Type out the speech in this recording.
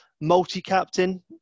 Multi-Captain